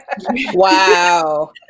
Wow